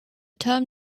term